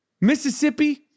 Mississippi